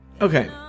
Okay